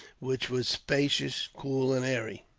which was spacious, cool, and airy.